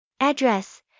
Address